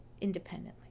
independently